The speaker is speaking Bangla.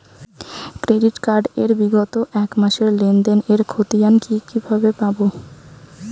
ক্রেডিট কার্ড এর বিগত এক মাসের লেনদেন এর ক্ষতিয়ান কি কিভাবে পাব?